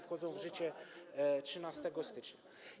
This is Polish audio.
Wchodzą w życie 13 stycznia.